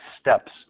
steps